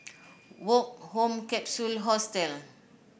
Woke Home Capsule Hostel